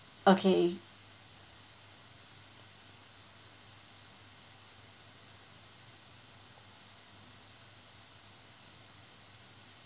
okay